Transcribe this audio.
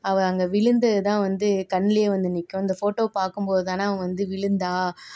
அவள் அங்கே விழுந்ததுதான் வந்து கண்ணுலேயே வந்து நிற்கும் இந்த ஃபோட்டோ பார்க்கும் போதுதான அவள் வந்து விழுந்தா